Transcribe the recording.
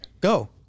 Go